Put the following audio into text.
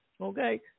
Okay